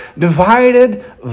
divided